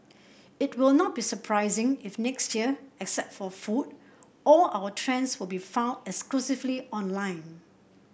it will not be surprising if next year except for food all our trends will be found exclusively online